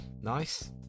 nice